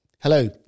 Hello